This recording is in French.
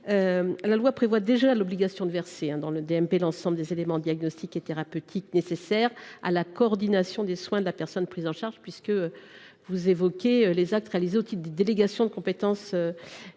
La loi prévoit déjà l’obligation de verser dans le DMP l’ensemble des éléments de diagnostic et thérapeutiques nécessaires à la coordination des soins de la personne prise en charge, ce qui inclut les actes réalisés au titre des délégations de compétences.